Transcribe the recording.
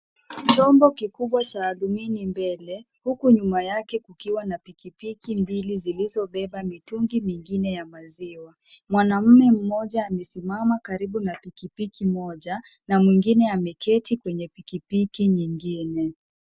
Chombo kikubwa cha alumini mbele huku nyuma yake kukiwa na pikipiki mbili zilizobeba mitungi mingine ya maziwa. Mwanamme mmoja amesimama karibu na pikipiki moja na mwingine ameketi kwenye pikipiki nyingine.